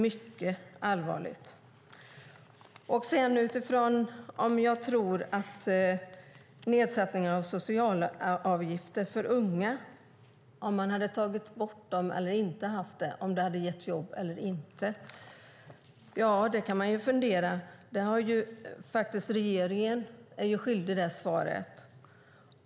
Arbetsmarknadsministern undrar om jag tror att det hade gett jobb eller inte om man hade tagit bort eller inte haft nedsättningen av sociala avgifter för unga. Detta kan man fundera över, och regeringen är svaret skyldig.